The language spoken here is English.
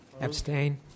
Abstain